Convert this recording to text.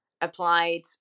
applied